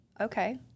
okay